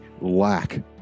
lack